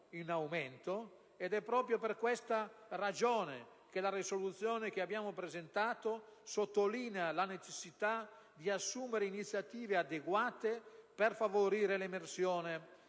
ed è proprio per questa ragione che la proposta di risoluzione che abbiamo presentato sottolinea la necessità di assumere iniziative adeguate per favorire l'emersione